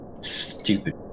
stupid